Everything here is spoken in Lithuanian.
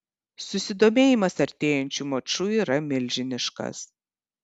susidomėjimas artėjančiu maču yra milžiniškas